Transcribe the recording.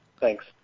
Thanks